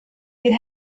bydd